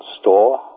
store